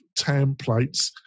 templates